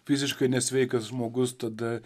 fiziškai nesveikas žmogus tada